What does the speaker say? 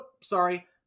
sorry